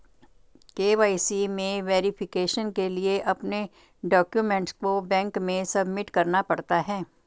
KYC में verification के लिए अपने डाक्यूमेंट को बैंक में सबमिट करना पड़ता है